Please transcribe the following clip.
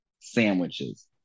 sandwiches